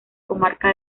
comarca